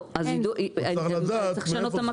אז ידעו, צריך לשנות.